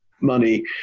money